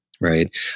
right